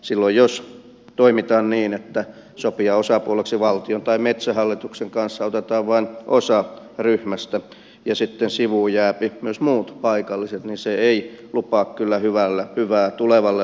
silloin jos toimitaan niin että sopijaosapuoleksi valtion tai metsähallituksen kanssa otetaan vain osa ryhmästä ja sivuun jäävät myös muut paikalliset se ei kyllä lupaa hyvää tulevalle ajalle